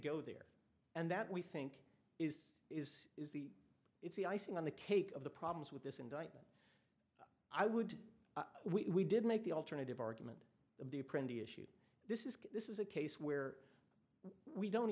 go there and that we think is is is the it's the icing on the cake of the problems with this indictment i would we did make the alternative argument of the a pretty issue this is this is a case where we don't